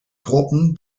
gruppen